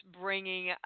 bringing